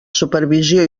supervisió